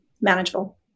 manageable